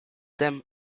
them